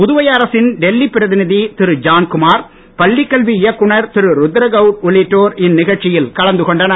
புதுவை அரசின் டெல்லி பிரதிநிதி திரு ஜான்குமார் பள்ளிக் கல்வி இயக்குனர் திரு ருத்ரகவ்ட் உள்ளிட்டோர் இந்நிகழ்ச்சியில் கலந்து கொண்டனர்